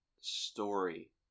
story